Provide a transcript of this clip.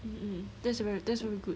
mm mm thats very good